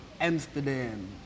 Amsterdam